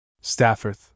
Stafford